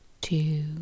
two